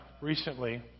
recently